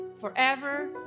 forever